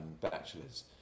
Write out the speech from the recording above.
Bachelors